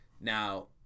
now